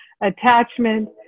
attachment